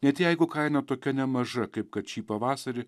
net jeigu kaina tokia nemaža kaip kad šį pavasarį